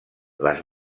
les